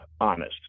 honest